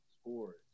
scores